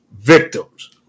victims